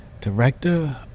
director